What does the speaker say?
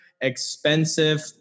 expensive